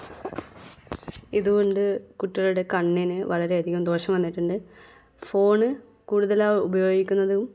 ഇതുകൊണ്ട് കുട്ടികളുടെ കണ്ണിന് വളരെ അധികം ദോഷം വന്നിട്ടുണ്ട് ഫോൺ കൂടുതലായി ഉപയോഗിക്കുന്നതും